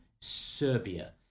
Serbia